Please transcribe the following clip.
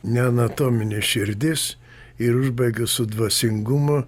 ne anatominė širdis ir užbaigiu su dvasingumu